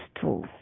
tools